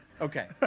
Okay